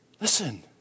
Listen